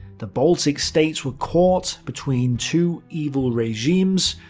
the baltic states were caught between two evil regimes,